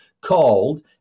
called